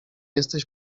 jesteś